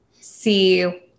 see